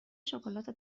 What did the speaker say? شکلات